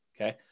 okay